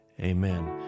Amen